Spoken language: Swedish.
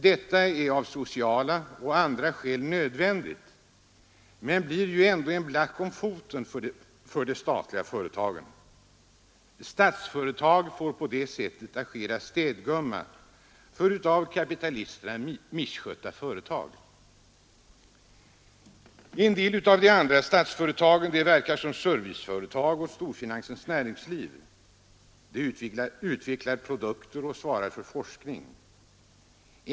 Detta är av sociala och andra skäl nödvändigt men blir ju en black om foten för de statliga företagen. Statsföretag får på det sättet ofta agera städgumma för av kapitalisterna misskötta företag. En del av de andra statsföretagen verkar som serviceföretag åt storfinansens näringsliv; de utvecklar produkter och svarar för forskning.